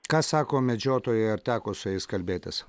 ką sako medžiotojai ar teko su jais kalbėtis